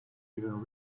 even